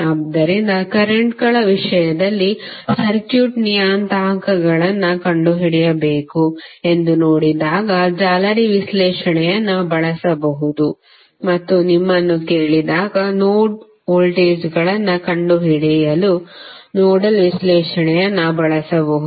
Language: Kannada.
ಆದ್ದರಿಂದ ಕರೆಂಟ್ಗಳ ವಿಷಯದಲ್ಲಿ ಸರ್ಕ್ಯೂಟ್ ನಿಯತಾಂಕಗಳನ್ನು ಕಂಡುಹಿಡಿಯಬೇಕು ಎಂದು ನೋಡಿದಾಗ ಜಾಲರಿ ವಿಶ್ಲೇಷಣೆಯನ್ನು ಬಳಸಬಹುದು ಮತ್ತು ನಿಮ್ಮನ್ನು ಕೇಳಿದಾಗ ನೋಡ್ ವೋಲ್ಟೇಜ್ಗಳನ್ನು ಕಂಡುಹಿಡಿಯಿಲು ನೋಡಲ್ ವಿಶ್ಲೇಷಣೆಯನ್ನು ಬಳಸಬಹುದು